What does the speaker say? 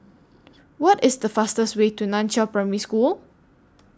What IS The fastest Way to NAN Chiau Primary School